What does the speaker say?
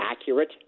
accurate